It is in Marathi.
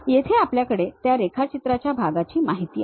येथे आपल्याकडे त्या रेखाचित्राच्या भागाची माहिती आहे